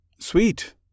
Sweet